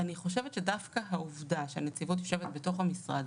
אני חושבת שדווקא העובדה שהנציבות יושבת בתוך המשרד,